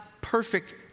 perfect